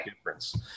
difference